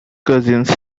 cousins